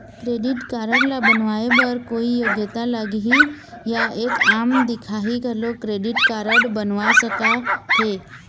Credit card ला बनवाए बर कोई योग्यता लगही या एक आम दिखाही घलो क्रेडिट कारड बनवा सका थे?